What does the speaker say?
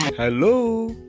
Hello